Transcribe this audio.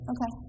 Okay